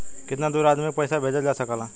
कितना दूर आदमी के पैसा भेजल जा सकला?